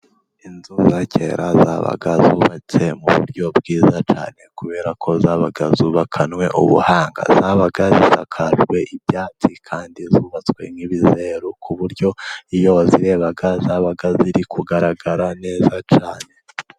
Inzu za kera zabaga zubatse mu buryo bwiza cyane, kubera ko zabaga zubakanywe ubuhanga. Zabaga zisakajwe ibyatsi kandi zubatswe nk'ibizeru, ku buryo iyo wazirebaga zabaga ziri kugaragara neza cyane.